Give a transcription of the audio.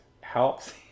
helps